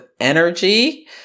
energy